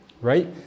right